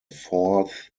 fourth